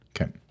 Okay